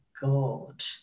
God